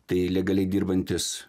tai legaliai dirbantis